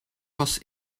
was